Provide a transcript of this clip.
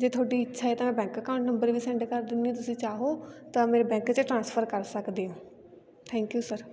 ਜੇ ਤੁਹਾਡੀ ਇੱਛਾ ਹੈ ਤਾਂ ਬੈਂਕ ਅਕਾਊਂਟ ਨੰਬਰ ਵੀ ਸੈਂਡ ਕਰ ਦਿੰਦੀ ਹਾਂ ਤੁਸੀਂ ਚਾਹੋ ਤਾਂ ਮੇਰੇ ਬੈਂਕ 'ਚ ਟ੍ਰਾਂਸਫਰ ਕਰ ਸਕਦੇ ਹੋ ਥੈਂਕ ਯੂ ਸਰ